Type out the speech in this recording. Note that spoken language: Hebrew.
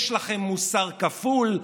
יש לכם מוסר כפול,